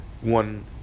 one